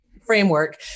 framework